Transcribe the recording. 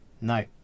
no